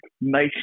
nice